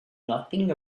nothing